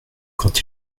quand